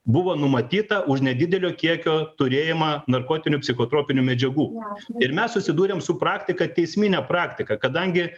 buvo numatyta už nedidelio kiekio turėjimą narkotinių psichotropinių medžiagų ir mes susidūrėm su praktika teismine praktika kadangi